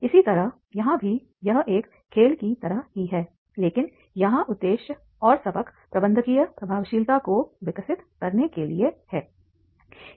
इसी तरह यहाँ भी यह एक खेल की तरह ही है लेकिन यहाँ उद्देश्य और सबक प्रबंधकीय प्रभावशीलता को विकसित करने के लिए है